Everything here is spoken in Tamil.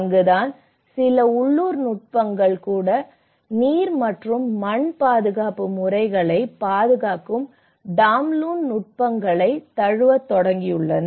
அங்குதான் சில உள்ளூர் நுட்பங்கள் கூட நீர் மற்றும் மண் பாதுகாப்பு முறைகளைப் பாதுகாக்கும் டாம்லூன் நுட்பங்களைத் தழுவத் தொடங்கியுள்ளன